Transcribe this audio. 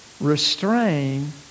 restrain